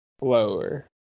Lower